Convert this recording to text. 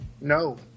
No